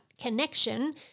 connection